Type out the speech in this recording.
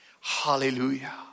Hallelujah